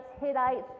Hittites